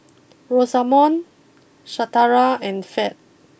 Rosamond Shatara and Ferd